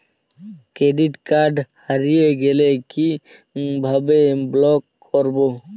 Credit card হারিয়ে গেলে কি ভাবে ব্লক করবো?